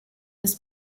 his